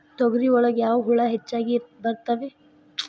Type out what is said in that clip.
ತೊಗರಿ ಒಳಗ ಯಾವ ಹುಳ ಹೆಚ್ಚಾಗಿ ಬರ್ತವೆ?